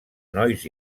nois